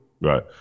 Right